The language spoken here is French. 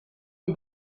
des